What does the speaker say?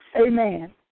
amen